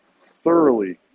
thoroughly